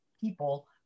people